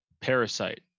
Parasite